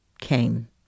came